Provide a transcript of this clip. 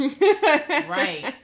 Right